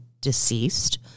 deceased